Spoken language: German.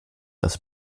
das